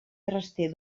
traster